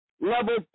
level